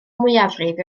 mwyafrif